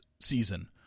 season